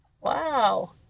wow